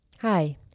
Hi